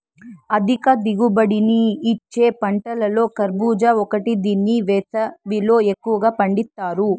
అధిక దిగుబడిని ఇచ్చే పంటలలో కర్భూజ ఒకటి దీన్ని వేసవిలో ఎక్కువగా పండిత్తారు